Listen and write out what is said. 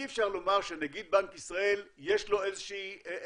אי אפשר לומר שלנגיד בנק ישראל יש איזה שהוא